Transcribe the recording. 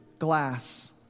glass